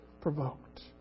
provoked